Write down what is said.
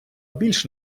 більш